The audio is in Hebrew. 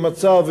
ממצב,